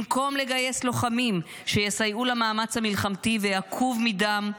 במקום לגייס לוחמים שיסייעו למאמץ המלחמתי והעקוב מדם,